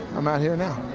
i'm out here now.